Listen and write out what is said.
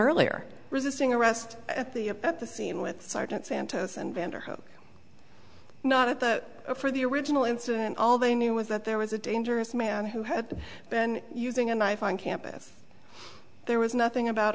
earlier resisting arrest at the at the scene with sergeant santos and vander home not at the for the original incident all they knew was that there was a dangerous man who had been using a knife on campus there was nothing about